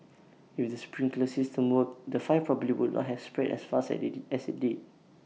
if the sprinkler system worked the five probably would not have spread as fast as they did as IT did